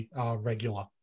regular